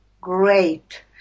great